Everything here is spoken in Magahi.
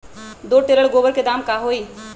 दो टेलर गोबर के दाम का होई?